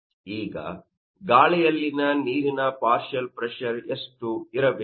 ಈಗ ಗಾಳಿಯಲ್ಲಿ ನೀರಿನ ಪಾರ್ಷಿಯಲ್ ಪ್ರೆಶರ್ ಎಷ್ಟು ಇರಬೇಕು